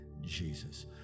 Jesus